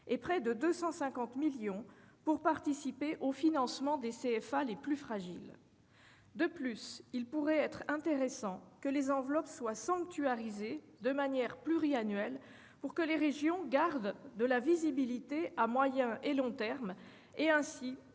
et près de 250 millions d'euros pour participer au financement des CFA les plus fragiles. De plus, il pourrait être intéressant que les enveloppes soient sanctuarisées de manière pluriannuelle pour que les régions gardent de la visibilité à moyen et long termes,